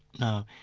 now,